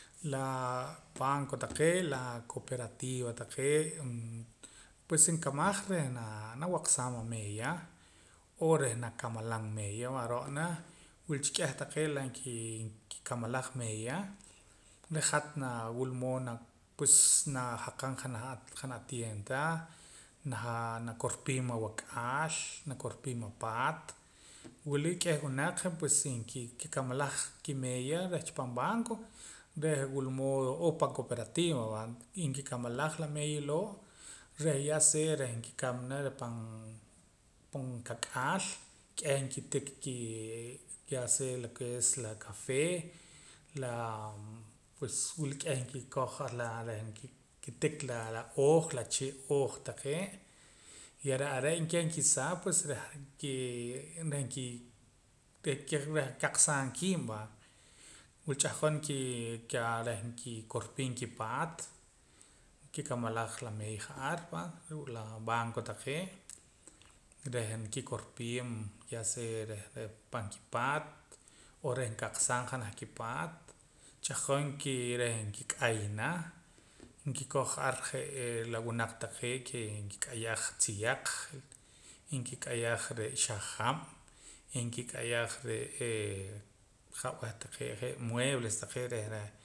La banco taqee' la cooperativa taqee' pues nkamaj reh nanawaqsaam ameeya o reh nakamalam meeya va ro'na wila cha k'eh taqee' la nkiikamalaj meeya reh hat naa wila mood na pues najaqam janaj ati'eenta nanakorpiim awak'aal nakorpiim apaat wila k'eh winaq na pues kikamalaj kimeeya reh chipaam banco reh wila mood o pan cooperativa va y nkikamalaj la meeya loo' reh ya sea reh nkikamana pan pankak'aal k'eh nkitik kii ya sea lo ke es la café la pues wila k'eh nkikoj la reh nkitik la ooj la chee' ooj taqee' y reh are' keh nkisaa pues reh nkii reh nkii reh keh nkaqsaam kiib' va wila ch'ahqon nkii'kaa reh nkikorpii kipaat nkikamalal la meeya ja'ar va ruu' la banco taqee' reh nkikorpiim ya sea reh reh pan kipaat o reh nkaqsaa janaj kipaat ch'ahqon kii reh nkiik'ayana nkikoj ar je'ee la winaq taqee' ke nkik'ayaj tziyaq y nkik'ayaj re' xajab' nkik'ayaj re'eeh qa'b'eh taqee' muebles taqee' reh